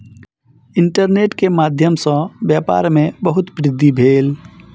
internet के माध्यम सॅ व्यापार में बहुत वृद्धि भेल